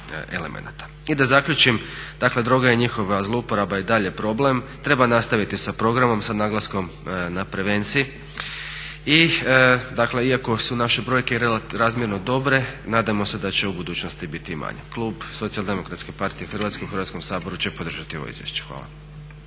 I da zaključim, dakle droga i njihova zlouporaba i dalje je problem, treba nastaviti sa programom sa naglaskom na prevenciji i dakle iako su naše brajke razmjerno dobre i nadajmo se da će u budućnosti biti i manje. Klub Socijaldemokratske partije Hrvatske u Hrvatskom saboru će podržati ovo izvješće. Hvala.